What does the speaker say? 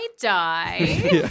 die